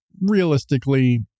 realistically